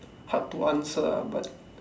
hard to answer ah but